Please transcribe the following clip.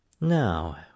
now